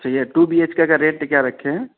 چچھا یہ و B H کا ریٹ کیا رکھے ہیں